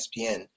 espn